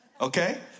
okay